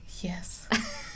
Yes